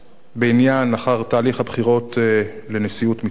בעניין אחר תהליך הבחירות לנשיאות מצרים.